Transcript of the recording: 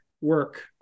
work